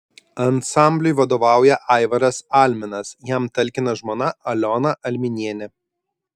ansambliui vadovauja aivaras alminas jam talkina žmona aliona alminienė